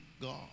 God